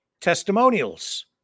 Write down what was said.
testimonials